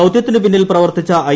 ദൌതൃത്തിനു പിന്നിൽ പ്രവർത്തിച്ച ഐ